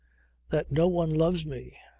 that no one loves me,